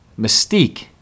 mystique